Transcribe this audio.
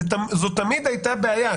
זו תמיד הייתה בעיה,